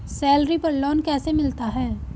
Salary पर loan कैसे मिलता है?